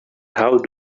how